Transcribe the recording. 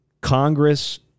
Congress